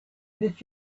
did